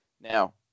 Now